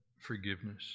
forgiveness